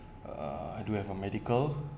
uh I do have a medical